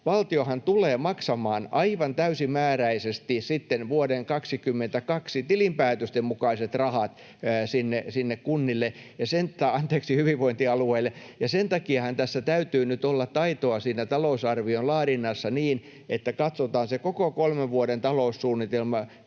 valtiohan tulee maksamaan aivan täysimääräisesti sitten vuoden 22 tilinpäätösten mukaiset rahat sinne hyvinvointialueille, ja sen takiahan tässä täytyy nyt olla taitoa siinä talousarvion laadinnassa niin, että katsotaan se koko kolmen vuoden taloussuunnitelma